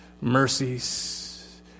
mercies